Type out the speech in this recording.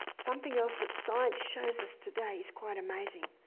something else that science shows us today is quite amazing,